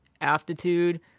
aptitude